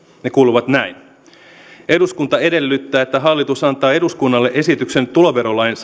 ne kuuluvat näin lausuma yksi eduskunta edellyttää että hallitus antaa eduskunnalle esityksen tuloverolain